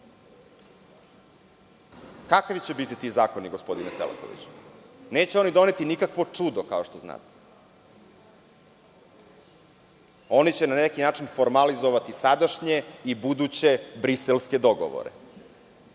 će biti ti zakoni, gospodine Selakoviću? Neće oni doneti nikakvo čudo, kao što znate. Oni će na neki način formalizovati sadašnje i buduće briselske dogovore,